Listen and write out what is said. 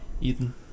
Ethan